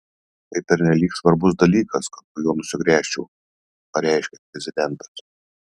tai pernelyg svarbus dalykas kad nuo jo nusigręžčiau pareiškė prezidentas